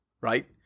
right